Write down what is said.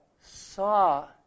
saw